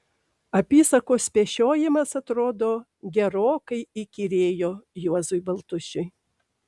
apysakos pešiojimas atrodo gerokai įkyrėjo juozui baltušiui